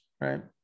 right